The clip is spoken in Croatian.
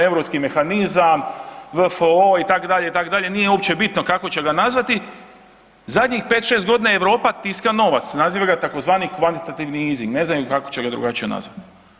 Europski mehanizam, WFO, itd., itd., nije uopće bitno kako će ga nazvati, zadnjih 5, 6 godina Europa tiska novac, naziva ga tzv. kvantitativni „easing“, ne znaju kako će ga drugačije nazvati.